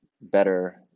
better